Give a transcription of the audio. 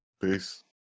Peace